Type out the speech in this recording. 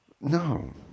No